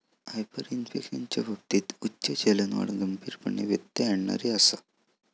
हायपरइन्फ्लेशनच्या बाबतीत उच्च चलनवाढ गंभीरपणे व्यत्यय आणणारी आसा